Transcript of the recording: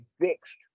fixed